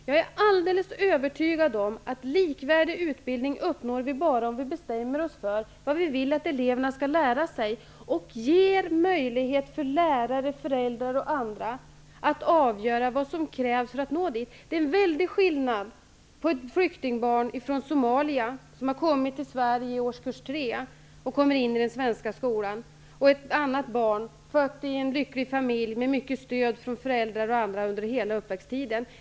Jag är alldeles övertygad om att vi bara kan uppnå likvärdig utbildning om vi bestämmer oss för vad vi vill att eleverna skall lära sig och ger möjlighet för lärare, föräldrar och andra att avgöra vad som krävs för att nå dit. Det är en väldig skillnad mellan ett flyktingbarn från Somalia som kommit till Sverige och börjar på årskurs 3 i den svenska skolan och ett barn från en lycklig familj, där barnet fått mycket stöd av föräldrar och andra under hela uppväxttiden.